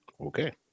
Okay